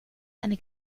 eine